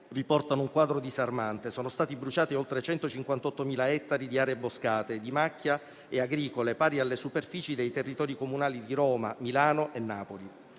riportano un quadro disarmante: sono stati bruciati oltre 158.000 ettari di aree boscate, di macchia e agricole, pari alle superfici dei territori comunali di Roma, Milano e Napoli.